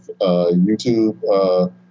YouTube